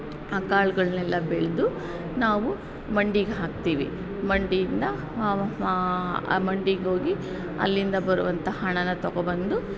ಆ ಕಾಳುಗಳ್ನೆಲ್ಲಾ ಬೆಳೆದು ನಾವು ಮಂಡಿಗೆ ಹಾಕ್ತೀವಿ ಮಂಡಿಯಿಂದ ಆ ಮಂಡಿಗೆ ಹೋಗಿ ಅಲ್ಲಿಂದ ಬರುವಂಥ ಹಣನ ತಗೊಬಂದು